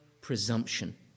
presumption